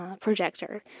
projector